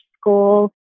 school